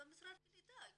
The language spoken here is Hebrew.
משרד הקליטה.